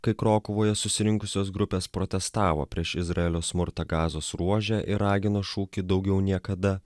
kai krokuvoje susirinkusios grupės protestavo prieš izraelio smurtą gazos ruože ir ragino šūkį daugiau niekada